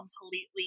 completely